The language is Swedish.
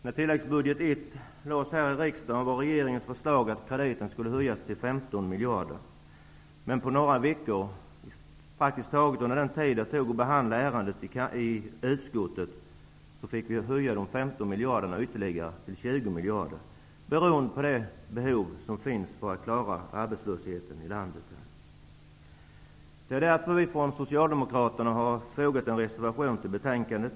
När tilläggsbudget I framlades här i riksdagen var regeringens förslag att krediten skulle höjas till 15 miljarder, men efter några veckor, praktiskt taget den tid det tog att behandla ärendet i utskottet, blev vi tvungna att höja de 15 miljarderna till 20 miljarder, beroende på behovet av att klara arbetslösheten i landet. Det är därför som vi från Socialdemokraterna har fogat en reservation till betänkandet.